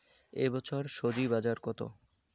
এ বছর স্বজি বাজার কত?